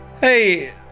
hey